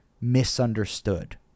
misunderstood